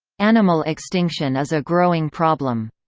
animal extinction is a growing problem.